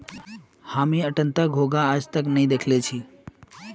हामी अट्टनता घोंघा आइज तक नी दखिल छि